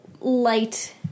light